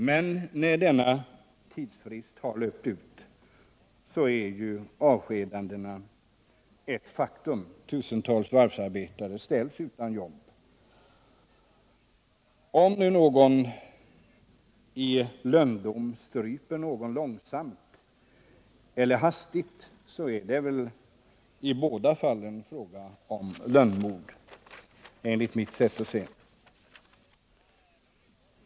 Men när denna tidsfrist har löpt ut är avskedandena ett faktum. Tusentals varvsarbetare ställs utan jobb. Om någon i lönndom stryper någon långsamt eller hastigt, är det väl i båda fallen fråga om lönnmord, enligt mitt sätt att se.